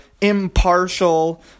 impartial